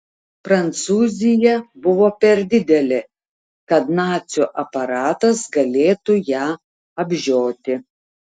prancūzija buvo per didelė kad nacių aparatas galėtų ją apžioti